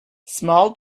small